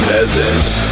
Peasants